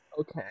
Okay